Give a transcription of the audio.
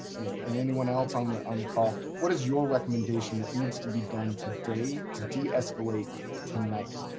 and anyone else on the on the call, what is your recommendation that needs to be done today, to de-escalate tonight.